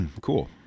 Cool